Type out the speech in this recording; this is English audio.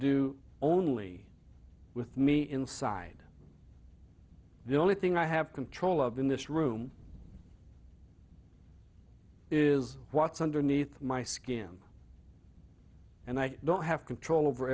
do only with me inside the only thing i have control of in this room is what's underneath my skin and i don't have control over